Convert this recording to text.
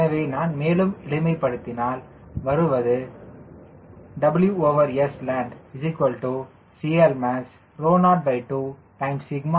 எனவே நான் மேலும் எளிமைப்படுத்தினால் வருவது WSland CLmax 0211